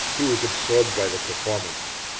he was absorbed by the performance,